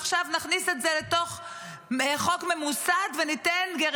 עכשיו נכניס את זה לתוך חוק ממוסד וניתן guarantee